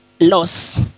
loss